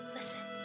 Listen